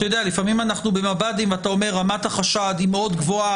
לפעמים אנחנו במב"דים ואתה אומר: רמת החשד היא מאוד גבוהה,